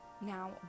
Now